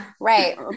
Right